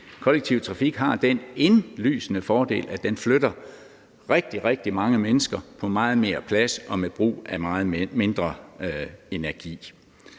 kollektiv trafik har den indlysende fordel, at den flytter rigtig, rigtig mange mennesker på meget mere plads og med brug af meget mindre energi.